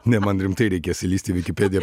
ne man rimtai reikės įlįst į vikipediją